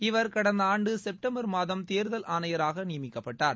இவர் கடந்தஆண்டுசெப்டம்பர் மாதம் தேர்தல் ஆணையராகநியமிக்கப்பட்டார்